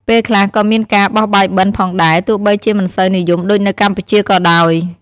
ពេលខ្លះក៏មានការ បោះបាយបិណ្ឌផងដែរ ទោះបីជាមិនសូវនិយមដូចនៅកម្ពុជាក៏ដោយ។